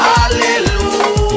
Hallelujah